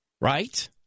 right